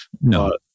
No